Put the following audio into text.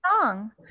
song